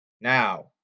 Now